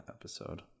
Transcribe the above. episode